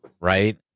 right